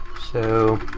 so